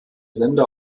sender